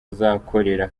azakorera